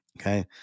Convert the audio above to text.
Okay